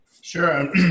Sure